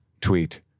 tweet